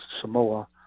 Samoa